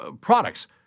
products